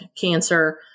cancer